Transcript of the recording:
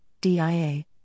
DIA